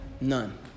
None